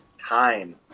time